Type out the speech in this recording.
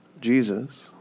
Jesus